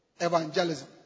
evangelism